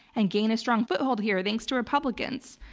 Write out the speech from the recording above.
and gain a strong foothold here thanks to republicans.